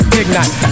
ignite